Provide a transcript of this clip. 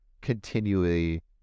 continually